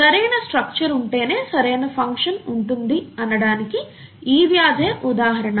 సరైన స్ట్రక్చర్ ఉంటేనే సరైన ఫంక్షన్ ఉంటుంది అనటానికి ఈ వ్యాధే ఉదాహరణ